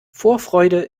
vorfreude